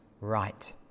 right